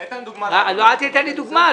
אני אתן לך דוגמה -- אל תיתן לי דוגמה,